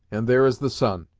and there is the sun.